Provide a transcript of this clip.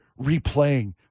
replaying